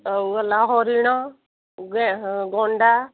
ଆଉ ହେଲା ହରିଣ ଯେ ଗଣ୍ଡା